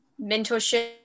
mentorship